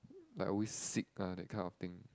like always sick lah that kind of thing